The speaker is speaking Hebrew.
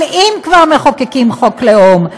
אבל אם כבר מחוקקים חוק לאום,